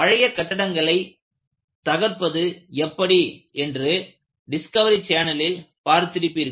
பழைய கட்டிடங்களை தகர்ப்பது எப்படி என்று டிஸ்கவரி சேனலில் பார்த்திருப்பீர்கள்